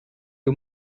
too